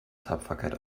tapferkeit